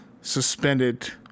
suspended